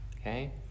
okay